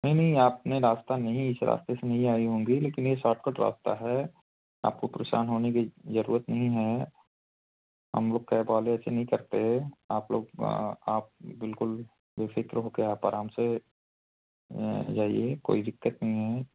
नहीं नहीं आपने रास्ता नहीं इस रास्ते से नहीं आई होंगी लेकिन ये सॉट कट रास्ता है आपको परेशान होने की जरूरत नहीं है हम लोग कैब वाले ऐसे नहीं करते आप लोग आप बिल्कुल बेफिक्र होके आप आराम से जाइए कोई दिक्कत नहीं है